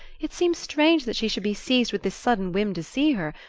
it seems strange that she should be seized with this sudden whim to see her,